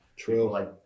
True